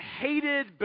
Hated